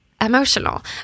emotional